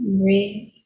Breathe